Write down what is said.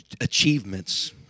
achievements